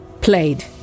played